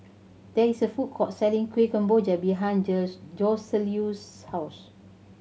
there is a food court selling Kuih Kemboja behind Joseluis' house